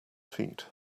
feet